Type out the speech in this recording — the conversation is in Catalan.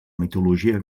mitologia